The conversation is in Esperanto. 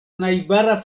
najbara